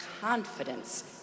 confidence